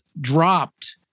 dropped